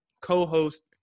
co-host